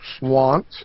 want